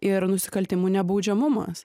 ir nusikaltimų nebaudžiamumas